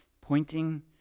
Pointing